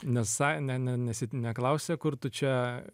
nesa ne ne ne si neklausė kur tu čia